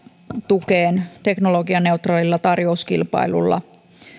tukeen teknologianeutraalilla tarjouskilpailulla